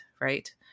right